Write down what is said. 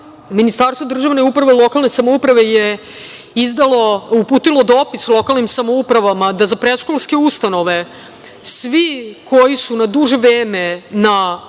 državne uprave i lokalne samouprave je uputilo dopis lokalnim samoupravama da za predškolske ustanove svi koji su na duže vreme na